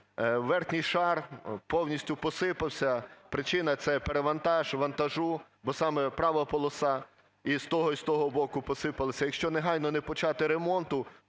верхній шар повістю посипався. Причина – це перевантаж вантажу, бо саме права полоса і з того, і з того боку посипалася. Якщо негайно не почати ремонту,